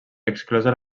exclosa